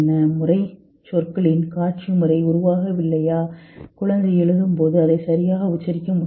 முறை சொற்களின் காட்சி முறை உருவாகவில்லையா குழந்தை எழுதும் போது அதை சரியாக உச்சரிக்க முடியாது